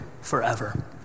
forever